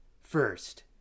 First